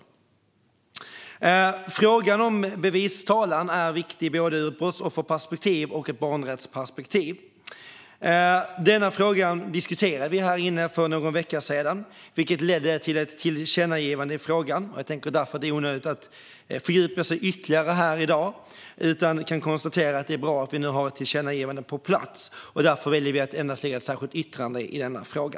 Genomförande av barnrättighetsdirek-tivet och några andra straffrättsprocessuella frågor Frågan om bevistalan är viktig både ur ett brottsofferperspektiv och ur ett barnperspektiv. Denna fråga diskuterade vi här inne för någon vecka sedan, vilket ledde till ett tillkännagivande i frågan. Det är därför onödigt att fördjupa sig ytterligare här i dag. Vi kan konstatera att det är bra att vi nu har ett tillkännagivande på plats, och vi väljer därför att endast lämna ett särskilt yttrande i denna fråga.